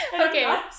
Okay